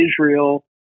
Israel